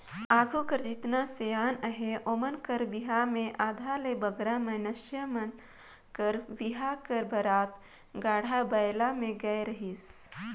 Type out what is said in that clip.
आघु कर जेतना सियान अहे ओमन कर बिहा मे आधा ले बगरा मइनसे मन कर बिहा कर बरात गाड़ा बइला मे गए रहिस